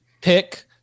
pick